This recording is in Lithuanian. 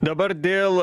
dabar dėl